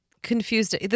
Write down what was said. confused